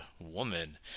woman